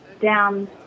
down